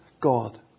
God